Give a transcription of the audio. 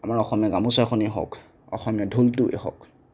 আমাৰ অসমীয়া গামোছাখনেই হওক অসমীয়া ঢোলটোৱেই হওক